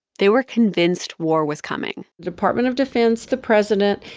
they were convinced war was coming the department of defense, the president,